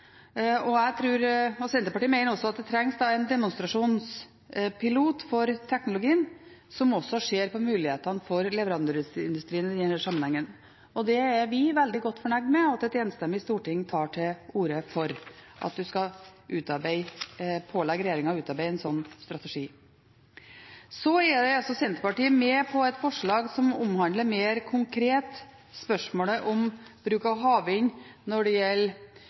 Senterpartiet mener at det trengs en demonstrasjonspilot for teknologien som også ser på mulighetene for leverandørindustrien i denne sammenhengen, og vi er veldig godt fornøyd med at et enstemmig storting tar til orde for at man skal pålegge regjeringen å utarbeide en slik strategi. Så er Senterpartiet med på et forslag som omhandler mer konkret spørsmålet om bruk av havvind når det gjelder